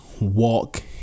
walk